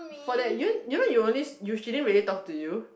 for that you you know you only she didn't really talk to you